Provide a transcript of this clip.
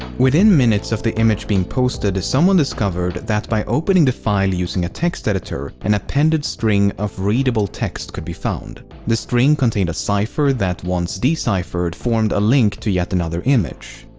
within minutes of the image being posted someone discovered that by opening the file using a text editor an appended string of readable text could be found. the string contained a cipher that, once deciphered, formed a link to yet another image.